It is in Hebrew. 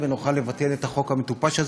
וצריך 61 חברי כנסת לבטל את החוק הזה,